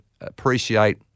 appreciate